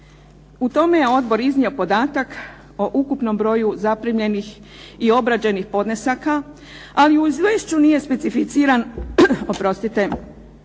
U tome je Odbor iznio podatak o ukupnom broju zaprimljenih i obrađenih podnesaka ali u Izvješću nije specificiran broj